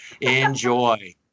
Enjoy